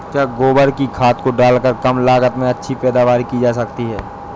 क्या गोबर की खाद को डालकर कम लागत में अच्छी पैदावारी की जा सकती है?